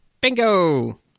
Bingo